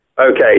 okay